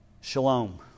shalom